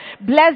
Bless